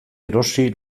erosi